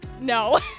No